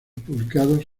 publicados